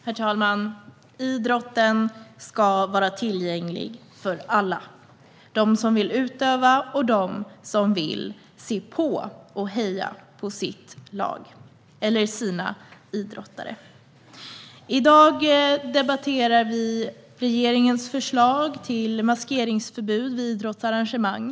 Herr talman! Idrotten ska vara tillgänglig för alla: de som vill utöva den och de som vill se på och heja på sitt lag eller sina idrottare. I dag debatterar vi regeringens förslag till maskeringsförbud vid idrottsarrangemang.